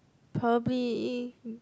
probably